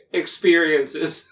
experiences